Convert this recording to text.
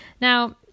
Now